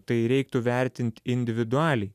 tai reiktų vertinti individualiai